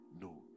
No